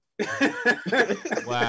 Wow